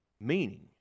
Meaning